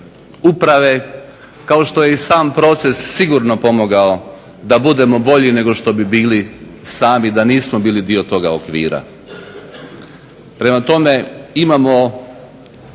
uprave kao što je i sam proces sigurno pomogao da budemo bolji nego što bi bili sami da nismo bili dio toga okvira. Prema tome, imamo